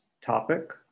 topic